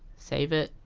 save it.